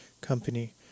Company